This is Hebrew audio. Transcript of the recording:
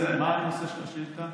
מה נושא השאילתה?